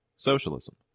socialism